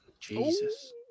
Jesus